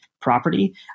property